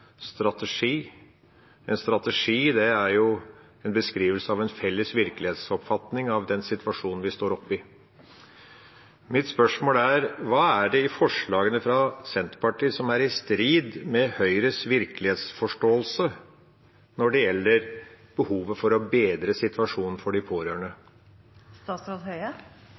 strategi. En strategi er en beskrivelse av en felles virkelighetsoppfatning av den situasjonen en står oppe i. Mitt spørsmål er: Hva er det i forslagene fra Senterpartiet som er i strid med Høyres virkelighetsforståelse når det gjelder behovet for å bedre situasjonen for de